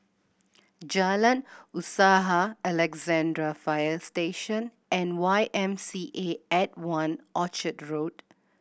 Jalan Usaha Alexandra Fire Station and Y M C A at One Orchard Road